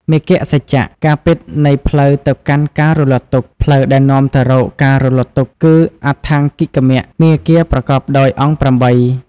មគ្គសច្ចៈ ការពិតនៃផ្លូវទៅកាន់ការរលត់ទុក្ខ ផ្លូវដែលនាំទៅរកការរលត់ទុក្ខ គឺ អដ្ឋង្គិកមគ្គ មាគ៌ាប្រកបដោយអង្គ ៨។